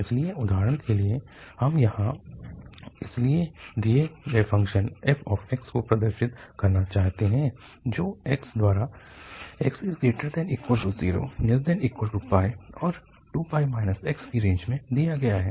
इसलिए उदाहरण के लिए हम यहाँ इस लिए गए फ़ंक्शन fx को प्रदर्शित करना चाहते हैं जो x द्वारा 0≤x और 2 x की रेंज में दिया गया है